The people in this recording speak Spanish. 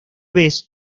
vez